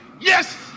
yes